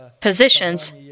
positions